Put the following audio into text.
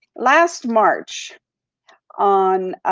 last march on,